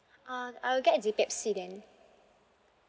uh I will get the pepsi then